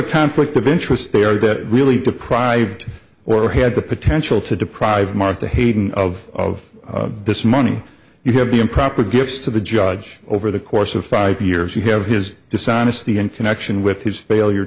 a conflict of interest there that really deprived or had the potential to deprive martha haydon of this money you have the improper gifts to the judge over the course of five years you have his dishonesty in connection with his failure